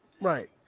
Right